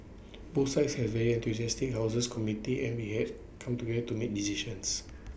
both sides have very enthusiastic houses committees and we have come together to make decisions